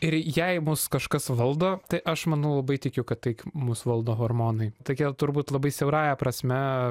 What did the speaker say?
ir jei mus kažkas valdo tai aš manau labai tikiu kad tai mus valdo hormonai tokia turbūt labai siaurąja prasme